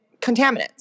contaminants